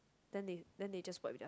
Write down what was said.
then they then they just wipe their